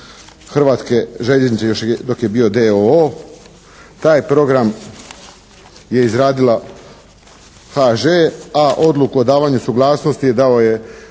Hrvatske željeznice još dok je bio d.o.o. Taj program je izradila HŽ a odluku o davanju suglasnosti dao je